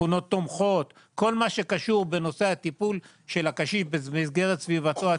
שכונות תומכות וכל מה שקשור לטיפול בקשיש במסגרת סביבתו הטבעית,